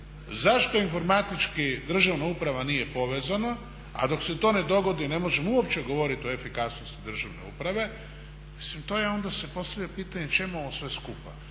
Zašto informatički državna uprava nije povezana? A dok se to ne dogodi ne možemo uopće govoriti o efikasnosti državne uprave. Mislim to je, onda se postavlja pitanje čemu ovo sve skupa.